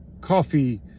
coffee